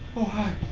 oh hi!